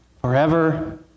forever